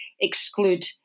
exclude